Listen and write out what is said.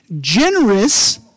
generous